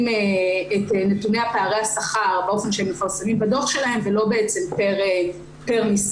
על פערי השכר באופן שהם מפרסמים בדו"ח שלהם ולא פר משרד.